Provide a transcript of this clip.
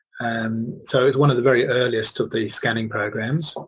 and so it was one of the very earliest of the scanning programs.